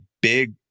big